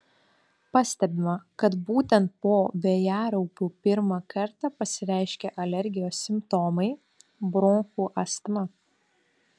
pastebima kad būtent po vėjaraupių pirmą kartą pasireiškia alergijos simptomai bronchų astma